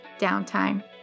downtime